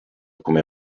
come